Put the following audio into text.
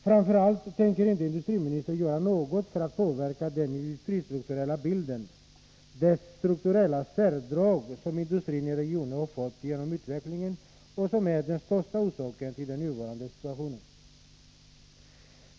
Framför allt tänker industriministern inte göra något för att påverka den industristrukturella bilden, dess strukturella särdrag, som industrin i regionen fått genom utvecklingen och som är den största orsaken till den nuvarande situationen.